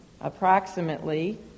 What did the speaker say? approximately